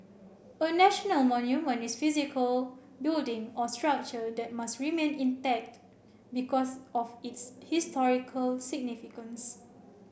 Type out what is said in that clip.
a national monument is physical building or structure that must remain intact because of its historical significance